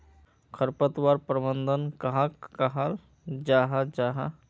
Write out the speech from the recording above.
खरपतवार प्रबंधन कहाक कहाल जाहा जाहा?